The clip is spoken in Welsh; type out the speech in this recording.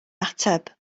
ateb